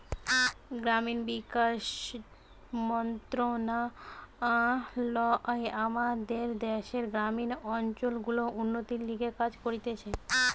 গ্রামীণ বিকাশ মন্ত্রণালয় আমাদের দ্যাশের গ্রামীণ অঞ্চল গুলার উন্নতির লিগে কাজ করতিছে